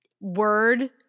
word